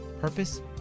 purpose